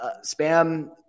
spam